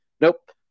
Nope